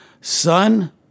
Son